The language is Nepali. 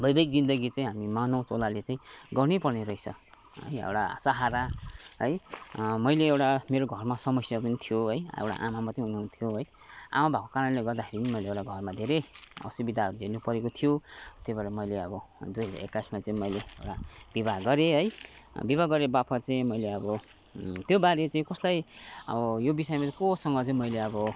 वैवाहिक जिन्दगी चाहिँ हामी मानव चोलाले चाहिँ गर्नै पर्ने रहेछ एउटा सहारा है मैले एउटा मेरो घरमा समस्या पनि थियो है एउटा आमा मात्रै हुनुहुन्थ्यो है आमा भएको कारणले गर्दाखेरि मैले एउटा धेरै असुविधाहरू झेल्नु परेको थियो त्यो भएर मैले अब दुई हजार एक्काइसमा चाहिँ मैले एउटा विवाह गरेँ है विवाह गरेबापत चाहिँ मैले अब त्योबारे चाहिँ कसलाई अब यो विषयमा चाहिँ कोसँग चाहिँ मैले अब